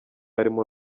harimo